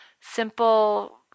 simple